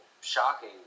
shocking